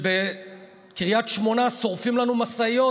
כשבקריית שמונה שורפים לנו משאיות,